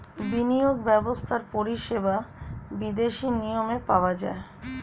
বিনিয়োগ ব্যবস্থার পরিষেবা বিদেশি নিয়মে পাওয়া যায়